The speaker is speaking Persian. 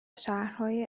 شهرهای